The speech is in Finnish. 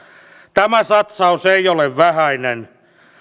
tämä satsaus ei ole vähäinen